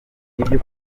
nibyo